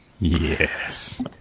Yes